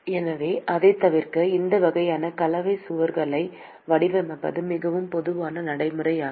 எனவே அதைத் தவிர்க்க இந்த வகையான கலவை சுவர்களை வடிவமைப்பது மிகவும் பொதுவான நடைமுறையாகும்